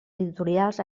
editorials